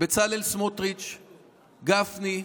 בצלאל סמוטריץ', גפני,